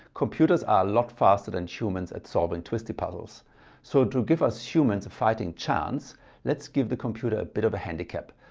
computers are lot faster than humans at solving twisty puzzles so to give us humans a fighting chance let's give the computer a bit of a handicap,